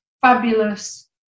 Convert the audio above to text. fabulous